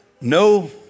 No